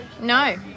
no